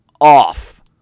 off